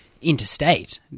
interstate